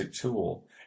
tool